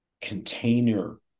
container